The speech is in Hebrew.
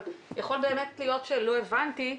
אבל יכול באמת להיות שלא הבנתי.